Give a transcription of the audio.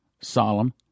solemn